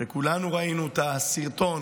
שכולנו ראינו את הסרטון